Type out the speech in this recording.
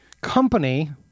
company